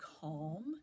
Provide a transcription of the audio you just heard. calm